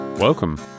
Welcome